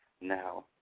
Now